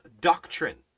doctrine